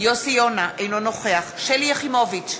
אינו נוכח שלי יחימוביץ,